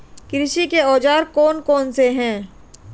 कृषि के औजार कौन कौन से हैं?